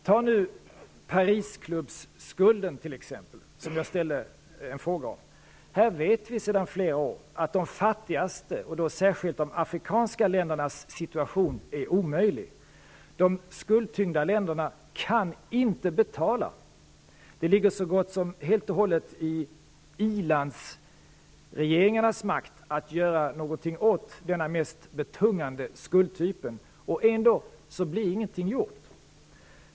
Ta nu Parisklubbsskulden t.ex., som jag har ställt en fråga om. Vi vet sedan flera år att de fattigaste och då särskilt de afrikanska ländernas situation är omöjlig. De skuldtyngda länderna kan inte betala. Det ligger så gott som helt och hållet i ilandsregeringarnas makt att göra någonting åt denna den mest tyngande skuldtypen. Ändå blir ingenting gjort.